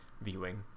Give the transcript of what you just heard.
viewing